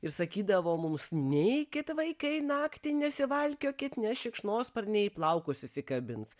ir sakydavo mums neikit vaikai naktį nesivalkiokit nes šikšnosparniai į plaukus įsikabins